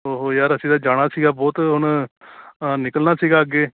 ਓ ਹੋ ਯਾਰ ਅਸੀਂ ਤਾਂ ਜਾਣਾ ਸੀਗਾ ਬਹੁਤ ਹੁਣ ਨਿਕਲਣਾ ਸੀਗਾ ਅੱਗੇ